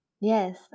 yes